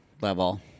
level